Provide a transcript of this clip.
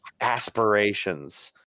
aspirations